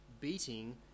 beating